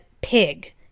pig